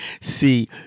See